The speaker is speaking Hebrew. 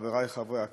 חברי חברי הכנסת,